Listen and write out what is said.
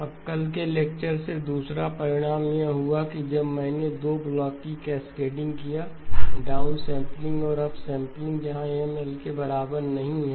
अब कल के लेक्चर से दूसरा परिणाम यह हुआ कि जब मैंने 2 ब्लॉक की कैस्केडिंगकिया डाउन सैंपलिंग और अपसैंपलिंग जहां M L के बराबर नहीं है